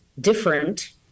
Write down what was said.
different